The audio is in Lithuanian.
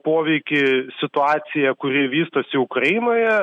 poveikį situacija kuri vystosi ukrainoje